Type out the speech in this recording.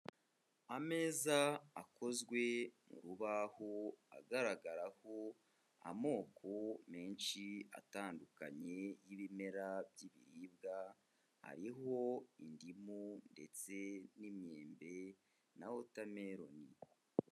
Ameza akozwe mu rubaho agaragaraho amoko menshi atandukanye y'ibimera by'ibiribwa ari ho indimu ndetse n'imyembe na watermelon.